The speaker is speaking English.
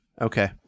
Okay